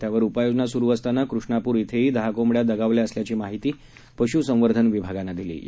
त्यावर उपाययोजनास्रूअसताना कृष्णाप्र इथे ही दहा कोंबड्या दगावल्याअसल्याची माहितीपश्सं वर्धनविभागानेदिलीआहे